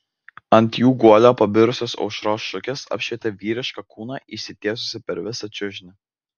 ant jų guolio pabirusios aušros šukės apšvietė vyrišką kūną išsitiesusį per visą čiužinį